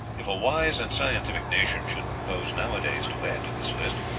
if a wise and scientific nation should propose nowadays to add to this list,